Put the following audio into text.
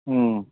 ꯎꯝ